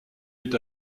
est